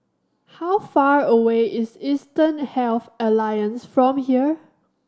how far away is Eastern Health Alliance from here